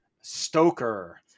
Stoker